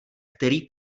který